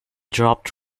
dropped